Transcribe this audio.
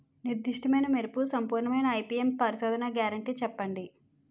నిర్దిష్ట మెరుపు సంపూర్ణమైన ఐ.పీ.ఎం పరిశోధన గ్యారంటీ చెప్పండి?